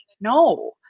no